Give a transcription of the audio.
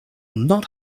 not